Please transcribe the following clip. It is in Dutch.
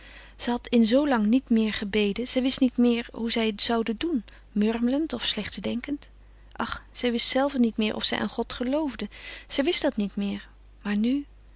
had in zoo lang niet meer gebeden zij wist niet meer hoe zij het zoude doen murmelend of slechts denkend ach zij wist zelve niet meer of zij aan god geloofde zij wist dat niet meer maar nu